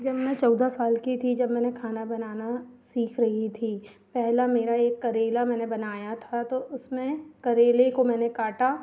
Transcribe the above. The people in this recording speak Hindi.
जब मैं चौदह साल की थी जब मैंने खाना बनाना सीख रही थी पहला मेरा एक करेला मैंने बनाया था तो उसमें करेले को मैंने काटा